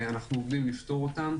אנחנו עומדים לפתור אותן